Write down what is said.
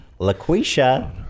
Laquisha